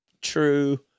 true